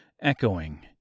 echoing